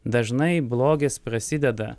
dažnai blogis prasideda